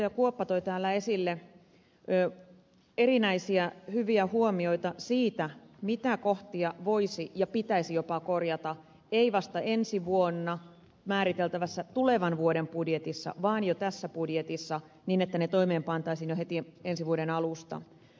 kuoppa toi täällä esille erinäisiä hyviä huomioita siitä mitä kohtia voisi ja pitäisi jopa korjata ei vasta ensi vuonna määriteltävässä tulevan vuoden budjetissa vaan jo tässä budjetissa niin että ne toimeenpantaisiin jo heti ensi vuoden alusta